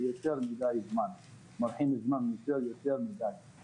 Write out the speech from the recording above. זה יותר מדי זמן, מורחים יותר מדי זמן.